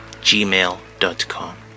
gmail.com